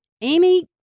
Amy